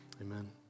Amen